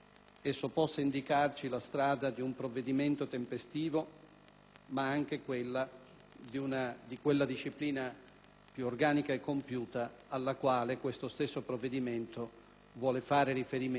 tempestivo sia di una disciplina più organica e compiuta alla quale questo stesso provvedimento vuole fare riferimento.